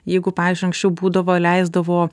jeigu pavyzdžiui anksčiau būdavo leisdavo